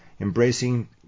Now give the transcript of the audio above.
embracing